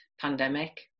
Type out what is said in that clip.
pandemic